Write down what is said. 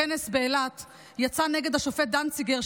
שבכנס באילת יצא נגד השופט דנציגר,